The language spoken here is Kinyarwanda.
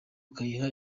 ukayiha